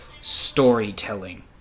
storytelling